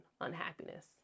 unhappiness